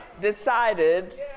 decided